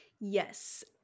Yes